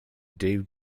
dave